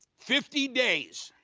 fifty days,